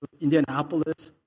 Indianapolis